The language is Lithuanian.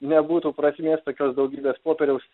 nebūtų prasmės tokios daugybės popieriaus